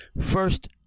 first